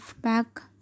back